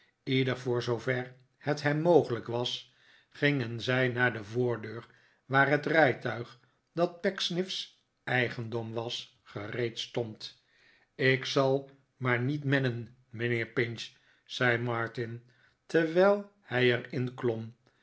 ieder voor zoover het hem mogelijk was gingen zij naar de voordeur waar het rijtuig dat pecksniff's eigendom was gereed stond ik zal maar niet mennen mijnheer pinch zei martin terwijl hij er in klom